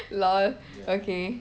lol okay